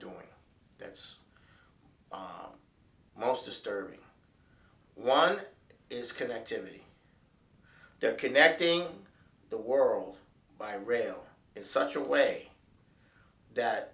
doing that's most disturbing one is connectivity connecting the world by rail in such a way that